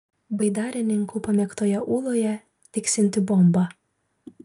baidarininkų pamėgtoje ūloje tiksinti bomba